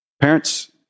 Parents